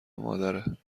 مادره